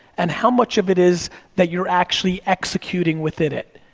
and how much of it is that you're actually executing within it?